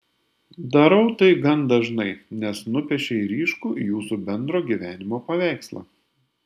darau tai gan dažnai nes nupiešei ryškų jūsų bendro gyvenimo paveikslą